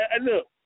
look